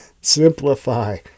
simplify